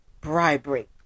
bribery